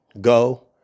go